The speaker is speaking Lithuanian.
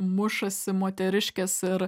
mušasi moteriškės ir